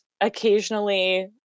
occasionally